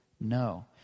no